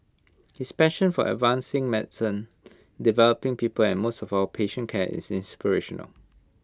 his passion for advancing medicine developing people and most of all patient care is inspirational